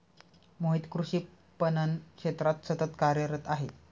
मोहित कृषी पणन क्षेत्रात सतत कार्यरत आहे